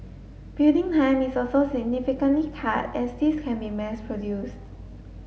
building time is also significantly cut as these can be mass produced